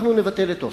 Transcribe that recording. אנחנו נבטל את אוסלו,